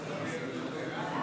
לא נתקבלה.